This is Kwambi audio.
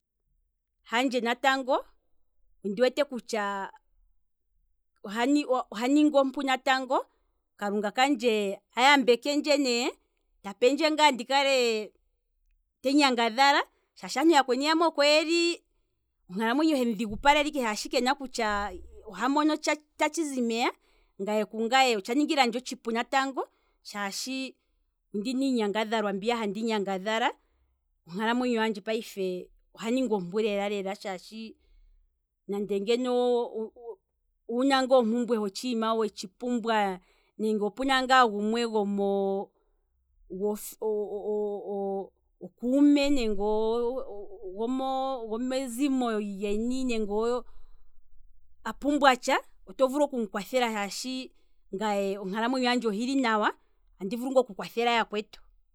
Handje natango, ondi wete kutya oha- oha ningi ompu natango kalunga kandje ayambekendje ne, ta pendje ngaa ndi kale tenyangadhala shaashi yakweni yamwe oko yeli onkalamwenyo hemu dhigupalela shaashi kena kutya oha monotsha tatshizi mpeya, ngaye ku ngaye otsha ningilandje otshipu shaashi ondina iinyangadhalwa mpeya handi nyangadhala, onkalamwenyo handje payife oha ninga ompu lela shaashi, nande ngeno owuna ngaa ompumbwe hotshiima wetshi pumbwa nenge opena gumwe gomo okuume nenge ogo mezimo lyeni a pumbwa tsha, ote vulu okumukwathela shaashi ngano onkalamwenyo handje ohili nawa andi vulu ngaa oku kwathela yakwetu.